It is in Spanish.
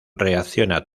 reacciona